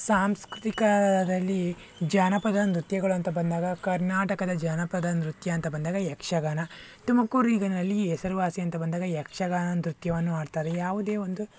ಸಾಂಸ್ಕೃತಿಕದಲ್ಲಿ ಜಾನಪದ ನೃತ್ಯಗಳು ಅಂತ ಬಂದಾಗ ಕರ್ನಾಟಕದ ಜಾನಪದ ನೃತ್ಯ ಅಂತ ಬಂದಾಗ ಯಕ್ಷಗಾನ ತುಮಕೂರಿನಲ್ಲಿ ಹೆಸರುವಾಸಿ ಅಂತ ಬಂದಾಗ ಯಕ್ಷಗಾನ ನೃತ್ಯವನ್ನು ಆಡ್ತಾರೆ ಯಾವುದೇ ಒಂದು